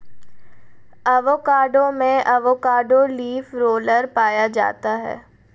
avocado में avocado leaf roller पाया जाता है